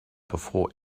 before